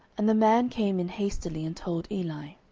and the man came in hastily, and told eli.